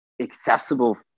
accessible